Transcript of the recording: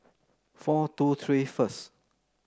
four two three first